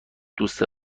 دوست